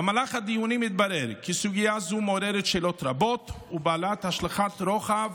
במהלך הדיונים התברר כי סוגיה זו מעוררת שאלות רבות ובעלת השלכות רוחב